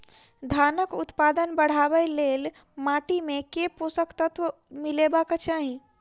धानक उत्पादन बढ़ाबै लेल माटि मे केँ पोसक तत्व मिलेबाक चाहि?